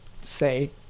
say